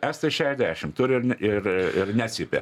estai šeadešim turi ir ie necypia